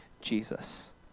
Jesus